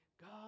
God